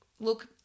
look